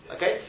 Okay